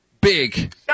Big